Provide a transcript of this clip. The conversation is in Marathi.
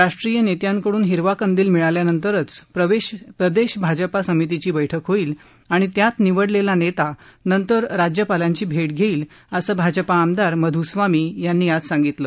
राष्ट्रीय नेत्यांकडून हिरवा कंदील मिळाल्यानंतरच प्रदेश भाजपा समितीची बैठक होईल आणि त्यात निवडलेला नेता नंतर राज्यपालांची भेट घेईल असं भाजपा आमदार मधुस्वामी यांनी आज सांगितलं